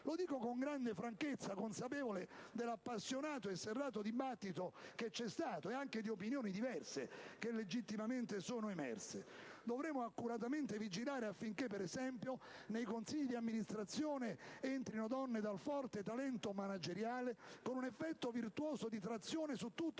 Lo dico con grande franchezza, consapevole dell'appassionato e serrato dibattito che c'è stato e anche delle opinioni diverse che, legittimamente, sono emerse. Dovremo accuratamente vigilare affinché, per esempio, nei consigli di amministrazione entrino donne dal forte talento manageriale, con un effetto virtuoso di trazione su tutto